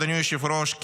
אדוני היושב-ראש,